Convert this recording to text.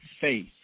faith